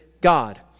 God